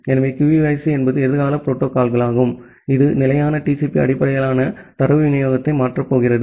எனவே QUIC என்பது எதிர்கால புரோட்டோகால்யாகும் இது நிலையான TCP அடிப்படையிலான தரவு விநியோகத்தை மாற்றப் போகிறது